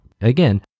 Again